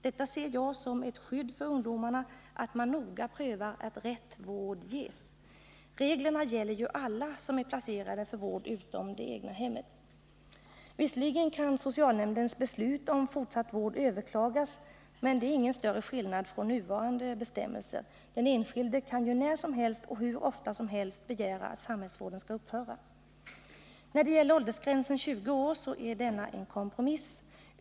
Jag ser det som ett skydd för ungdomarna att man noga prövar att rätt vård ges. Reglerna gäller ju för alla som är placerade för vård utom det egna hemmet. Visserligen kan socialnämndens beslut om fortsatt vård överklagas, men det är ingen större skillnad i jämförelse med nuvarande bestämmelse. Den enskilde kan ju när som helst och hur ofta som helst begära att samhällsvården skall upphöra. När det gäller åldersgränsen 20 år är denna en kompromiss.